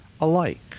alike